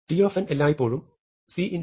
t എല്ലായ്പ്പോഴും c